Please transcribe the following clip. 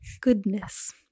goodness